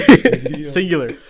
Singular